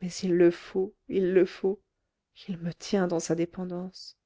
mais il le faut il le faut il me tient dans sa dépendance